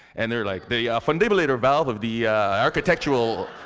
and they are like the fundibulator valve of the architectural,